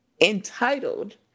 entitled